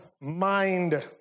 mind